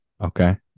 Okay